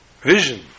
vision